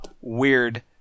weird